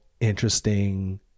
interesting